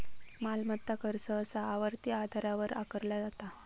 मालमत्ता कर सहसा आवर्ती आधारावर आकारला जाता